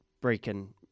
breaking